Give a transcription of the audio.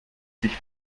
sich